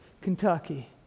Kentucky